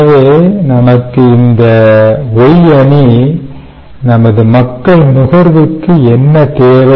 எனவே நமக்கு இந்த Y அணி நமது மக்கள் நுகர்வுக்கு என்ன தேவை